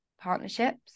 partnerships